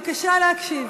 בבקשה להקשיב.